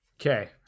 okay